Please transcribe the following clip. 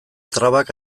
trabak